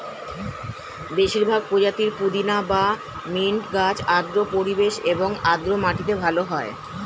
বেশিরভাগ প্রজাতির পুদিনা বা মিন্ট গাছ আর্দ্র পরিবেশ এবং আর্দ্র মাটিতে ভালো হয়